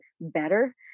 better